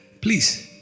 Please